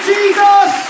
Jesus